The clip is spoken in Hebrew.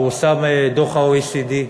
פורסם דוח ה-OECD,